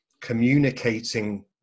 communicating